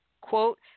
Quote